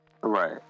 Right